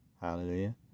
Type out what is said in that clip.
Hallelujah